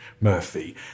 Murphy